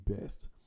best